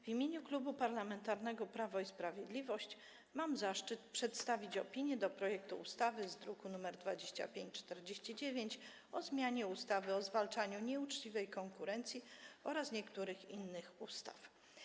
W imieniu Klubu Parlamentarnego Prawo i Sprawiedliwość mam zaszczyt przedstawić opinię w sprawie projektu ustawy z druku nr 2549 o zmianie ustawy o zwalczaniu nieuczciwej konkurencji oraz niektórych innych ustaw.